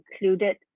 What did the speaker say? included